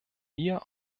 wir